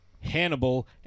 Hannibal